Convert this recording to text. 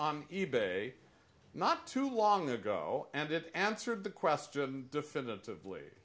on e bay not too long ago and it answered the question definitively